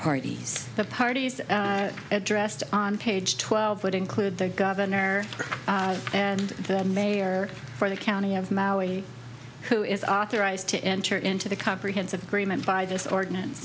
parties the parties addressed on page twelve would include the governor and then mayor for the county of maui who is authorized to enter into the comprehensive agreement by this ordinance